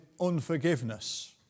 unforgiveness